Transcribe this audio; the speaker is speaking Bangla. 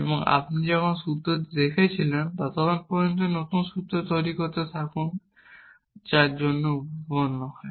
এবং আপনি যে সূত্রটি দেখছিলেন ততক্ষণ পর্যন্ত নতুন সূত্র তৈরি করতে থাকুন জন্য যা উত্পন্ন হয়